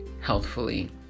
healthfully